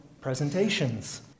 presentations